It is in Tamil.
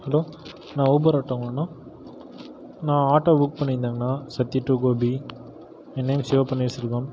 ஹலோ அண்ணா உபர் ஆட்டோங்களாண்ணா நான் ஆட்டோ புக் பண்ணிருந்தேங்கண்ணா சத்தி டூ கோபி என் நேம் சிவபிரானேஷ் செல்வம்